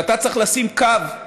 כשאתה צריך לשים קו,